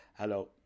Hello